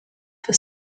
for